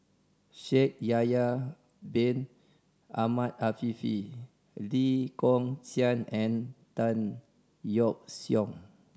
Shaikh Yahya Bin Ahmed Afifi Lee Kong Chian and Tan Yeok Seong